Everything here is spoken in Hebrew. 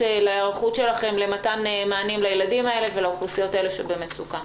להיערכות שלכם למתן מענים לילדים האלה ולאוכלוסיות האלה שבמצוקה.